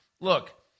Look